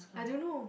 I don't know